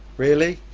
really,